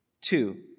Two